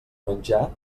menjar